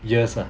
years ah